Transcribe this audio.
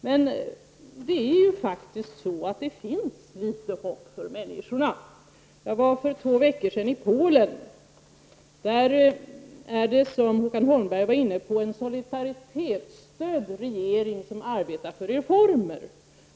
Men det finns faktiskt litet hopp för människorna. Jag var för två veckor sedan i Polen. Där har man, vilket Håkan Holmberg var inne på, en solidaritetsstödd regering som arbetar för reformer.